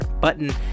button